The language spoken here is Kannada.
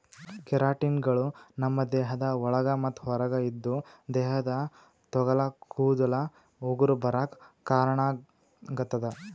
ಕೆರಾಟಿನ್ಗಳು ನಮ್ಮ್ ದೇಹದ ಒಳಗ ಮತ್ತ್ ಹೊರಗ ಇದ್ದು ದೇಹದ ತೊಗಲ ಕೂದಲ ಉಗುರ ಬರಾಕ್ ಕಾರಣಾಗತದ